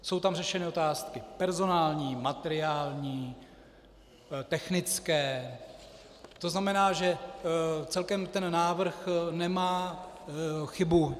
Jsou tam řešeny otázky personální, materiální, technické, to znamená, že celkem ten návrh nemá chybu.